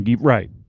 right